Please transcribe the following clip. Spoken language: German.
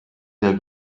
der